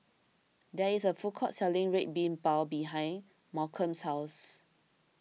there is a food court selling Red Bean Bao behind Malcolm's house